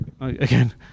again